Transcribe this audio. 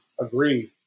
agree